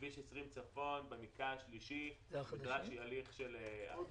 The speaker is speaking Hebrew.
בכביש 20 צפון במקטע השלישי נדרש הליך של הפקעה.